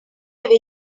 have